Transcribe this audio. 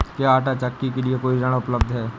क्या आंटा चक्की के लिए कोई ऋण उपलब्ध है?